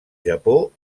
japó